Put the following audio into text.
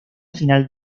final